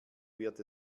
wird